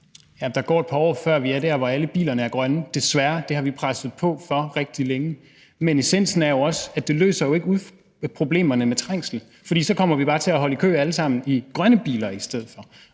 desværre et par år, før vi er der, hvor alle bilerne er grønne – det har vi presset på for rigtig længe. Men essensen af det er jo også, at det ikke løser problemerne med trængsel, for så kommer vi bare alle sammen til at holde i kø i grønne biler i stedet for,